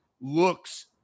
looks